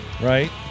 Right